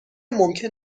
ممکن